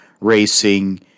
racing